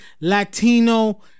Latino